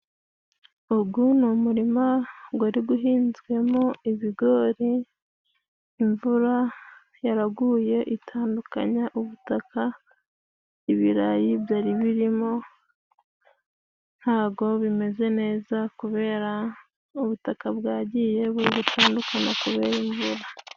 Uyu ni umurima wari uhinzwemo ibigori, imvura yaraguye itandukanya ubutaka, ibirayi byari birimo ntabwo bimeze neza, kubera ko ubutaka bwagiye buri gutandukana kubera imvura.